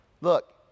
look